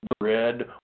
Red